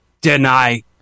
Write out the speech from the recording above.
deny